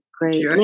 great